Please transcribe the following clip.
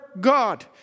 God